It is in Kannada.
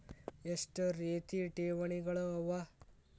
ಎಷ್ಟ ರೇತಿ ಠೇವಣಿಗಳ ಅವ?